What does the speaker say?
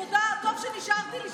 תודה, טוב שנשארתי לשמוע אותך.